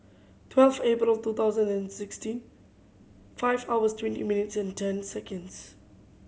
twelve April two thousand and sixteen five hours twenty minutes and ten seconds